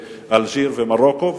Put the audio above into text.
אלג'יר ומרוקו,